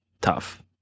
tough